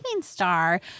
Star